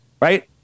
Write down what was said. right